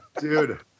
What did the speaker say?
dude